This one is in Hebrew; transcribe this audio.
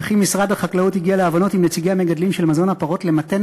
ומשרד החקלאות הגיע להבנות עם נציגי המגדלים של מזון הפרות למתן